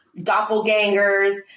Doppelgangers